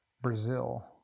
Brazil